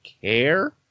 care